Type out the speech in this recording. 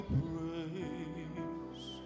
praise